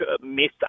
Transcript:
miss